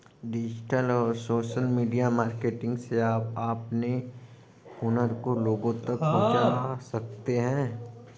digital और social media marketing से अपने हुनर को लोगो तक पहुंचा सकते है